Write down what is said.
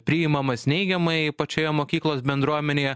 priimamas neigiamai pačioje mokyklos bendruomenėje